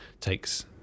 takes